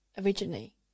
originally